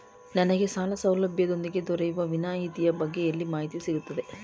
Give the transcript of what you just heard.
ನನಗೆ ಸಾಲ ಸೌಲಭ್ಯದೊಂದಿಗೆ ದೊರೆಯುವ ವಿನಾಯತಿಯ ಬಗ್ಗೆ ಎಲ್ಲಿ ಮಾಹಿತಿ ಸಿಗುತ್ತದೆ?